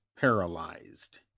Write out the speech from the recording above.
paralyzed